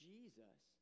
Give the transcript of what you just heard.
Jesus